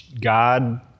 God